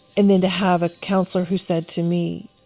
and then to have a counselor who said to me,